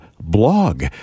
blog